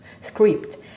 script